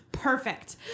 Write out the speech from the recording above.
Perfect